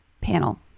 panel